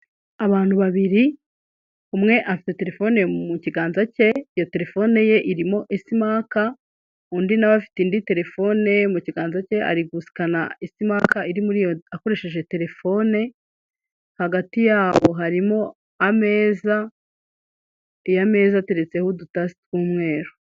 Abantu babiri umwe afite telefoni mu kiganza cye iyo telefone ye irimo esmark undi nawe afite indi telefone mu kiganza cye ari gusikana estmake akoresheje telefone hagati yabo harimo ameza ayo meza ateretseho uduta tw'umweru.